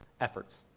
efforts